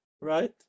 right